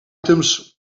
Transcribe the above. items